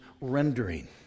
rendering